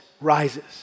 rises